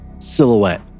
silhouette